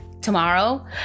tomorrow